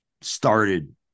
started